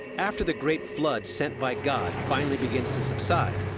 after the great flood sent by god finally begins to subside,